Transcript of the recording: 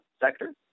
sector